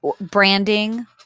Branding